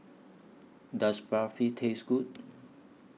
Does Barfi Taste Good